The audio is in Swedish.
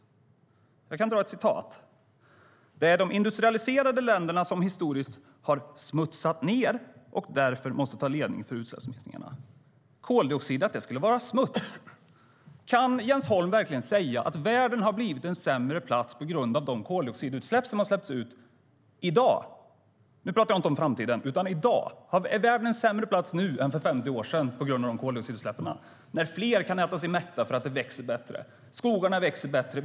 Låt mig citera: "Det är de industrialiserade länderna som historiskt har smutsat ned och därför måste ta ledningen för utsläppsminskningarna." Skulle koldioxid vara smuts? Kan Jens Holm verkligen säga att världen har blivit en sämre plats på grund av koldioxidutsläppen i dag? Jag talar inte om framtiden utan om i dag. Är världen en sämre plats nu än för 50 år sedan på grund av koldioxidutsläppen? Fler kan äta sig mätta för att det växer bättre. Skogarna växer bättre.